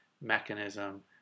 mechanism